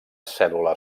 cèl·lula